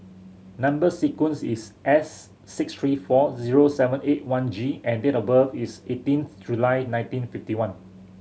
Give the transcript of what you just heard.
number sequence is S six three four zero seven eight one G and date of birth is eighteenth July nineteen fifty one